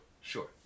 sure